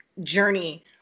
journey